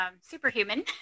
superhuman